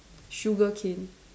sugar cane